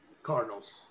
Cardinals